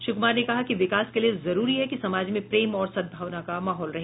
श्री कुमार ने कहा कि विकास के लिए जरूरी है कि समाज में प्रेम और सद्भावना का माहौल रहे